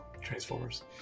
Transformers